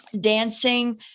dancing